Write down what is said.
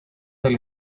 del